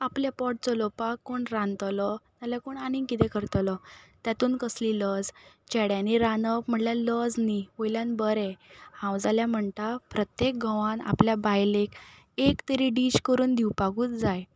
आपलें पोट चलोवपाक कोण रांदतलो नाल्यार कोण आनींक कितें करतलो तेतूंत कसली लज चेड्यांनी रांदप म्हणळ्या लज न्ही वयल्यान बरें हांव जाल्यार म्हणटा प्रत्येक घोवान आपल्या बायलेक एक तरी डीश करून दिवपाकूच जाय